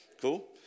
Cool